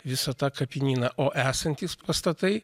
visą tą kapinyną o esantys pastatai